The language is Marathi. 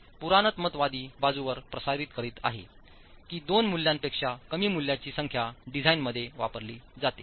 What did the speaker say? हे पुराणमतवादी बाजूवर प्रसारित करीत आहे की दोन मूल्यांपेक्षा कमी मूल्याची संख्या डिझाइनमध्ये वापरली जाते